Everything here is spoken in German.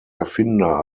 erfinder